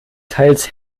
teils